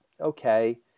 okay